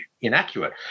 inaccurate